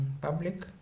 public